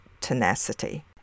tenacity